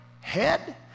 head